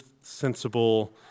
sensible